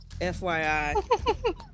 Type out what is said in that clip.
FYI